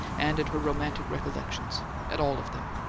and at her romantic recollections at all of them.